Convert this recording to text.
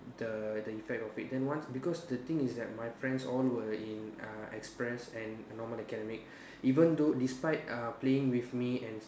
the the effect of it then once because the thing is that my friends all were in uh express and normal academic even though despite uh playing with me and